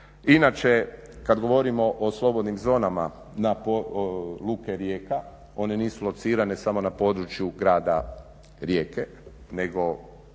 Inače kad govorimo o slobodnim zonama luke Rijeka, one nisu locirane samo na području grada Rijeke nego